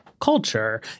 culture